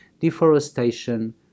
deforestation